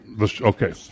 Okay